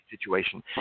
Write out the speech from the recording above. situation